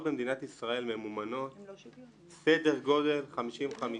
המציאות היא שלפי התשובה שקיבלנו כרגע ממשרד החינוך,